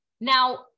now